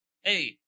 hey